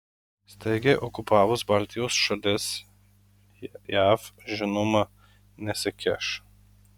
staigiai okupavus baltijos šalis jav žinoma nesikiš